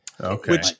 Okay